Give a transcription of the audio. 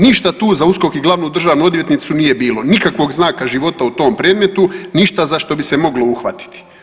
Ništa tu za USKOK i glavnu državnu odvjetnicu nije bilo, nikakvog znaka života u tom predmetu, ništa za što bi se moglo uhvatiti.